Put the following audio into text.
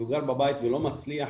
והוא גר בבית ולא מצליח,